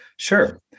Sure